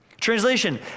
Translation